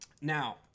Now